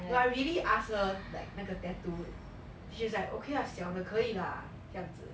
no I really ask her like 那个 tattoo then she's like okay lah 小的可以 lah 这样子